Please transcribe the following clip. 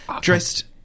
dressed